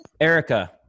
Erica